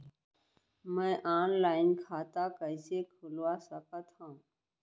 मैं ऑनलाइन खाता कइसे खुलवा सकत हव?